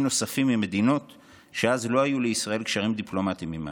נוספים ממדינות שאז לא היו לישראל קשרים דיפלומטיים עימן.